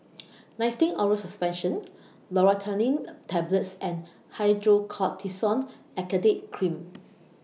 Nystatin Oral Suspension Loratadine Tablets and Hydrocortisone Acetate Cream